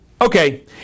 Okay